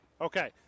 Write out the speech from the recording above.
Okay